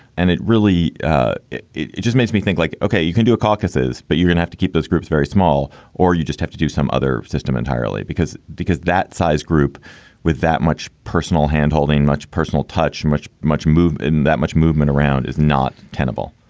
and it really ah it it just makes me think like, ok, you can do a caucuses, but you're gonna have to keep those groups very small or you just have to do some other system entirely because because that size group with that much personal hand-holding, much personal touch, much, much move in, that much movement around is not tenable